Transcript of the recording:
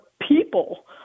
people